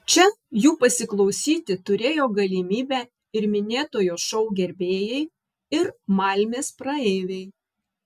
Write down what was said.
čia jų pasiklausyti turėjo galimybę ir minėtojo šou gerbėjai ir malmės praeiviai